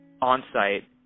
on-site